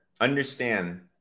understand